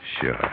Sure